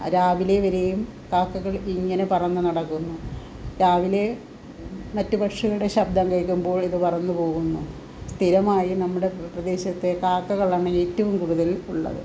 രാവിലെവരെയും കാക്കകൾ ഇങ്ങനെ പറന്നു നടക്കുന്നു രാവിലെ മറ്റ് പക്ഷികളുടെ ശബ്ദം കേൾക്കുമ്പോൾ ഇത് പറന്നുപോകുന്നു സ്ഥിരമായും നമ്മുടെ ഭൂപ്രദേശത്ത് കാക്കകളാണ് ഏറ്റവും കൂടുതൽ ഉള്ളത്